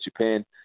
Japan